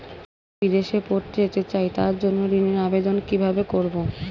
আমি বিদেশে পড়তে যেতে চাই তার জন্য ঋণের আবেদন কিভাবে করব?